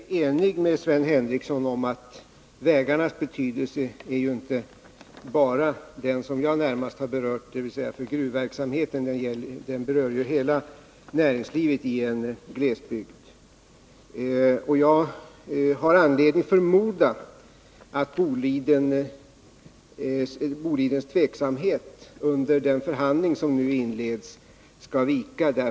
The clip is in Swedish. Herr talman! Jag är ense med Sven Henriecsson om att vägarna har betydelse inte bara för det som jag närmast berörde, nämligen gruvverksamheten. I en glesbygd har ju vägarna betydelse för hela näringslivet. Jag har anledning förmoda att Bolidens tveksamhet inför den förhandling som nu inleds skall vika.